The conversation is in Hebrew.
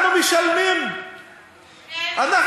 תפסיקו את ההסתה הזאת.